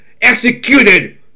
executed